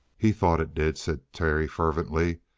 he thought it did, said terry fervently.